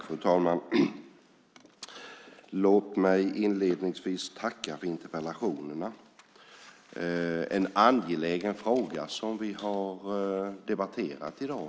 Fru talman! Låt mig inledningsvis tacka för interpellationerna. Det är en angelägen fråga som vi har debatterat i dag.